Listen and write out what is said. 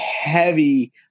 heavy